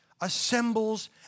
assembles